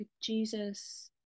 Jesus